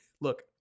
look